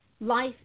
life